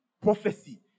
prophecy